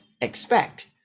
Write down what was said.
expect